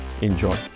Enjoy